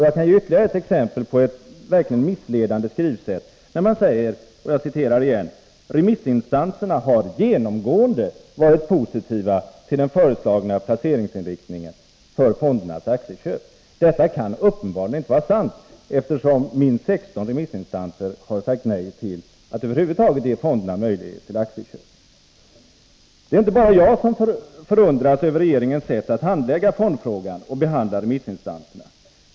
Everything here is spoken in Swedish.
Jag kan ge ytterligare ett exempel på ett verkligt missledande skrivsätt, där man säger: ”Remissinstanserna har genomgående varit positiva till den föreslagna placeringsinriktningen .” Detta kan uppenbarligen inte vara sant, eftersom minst 16 remissinstanser har sagt nej till att över huvud taget ge fonderna möjligheter till aktieköp. Det är inte bara jag som förundras över regeringens sätt att handlägga fondfrågan och behandla remissinstanserna.